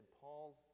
Paul's